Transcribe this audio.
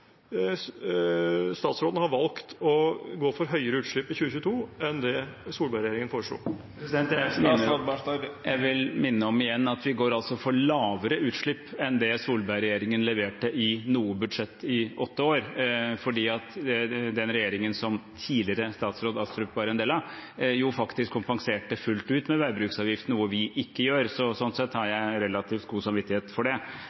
statsråden har valgt å gå for høyere utslipp i 2022 enn det Solberg-regjeringen foreslo? Jeg vil minne om igjen at vi går altså for lavere utslipp enn det Solberg-regjeringen leverte i noe budsjett i åtte år, fordi den regjeringen som tidligere statsråd Astrup var en del av, faktisk kompenserte fullt ut for veibruksavgiften, noe vi ikke gjør. Sånn sett har jeg relativt god samvittighet for det.